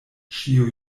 ĉiu